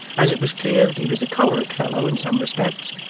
as it was clear that he was a choleric fellow in some respects,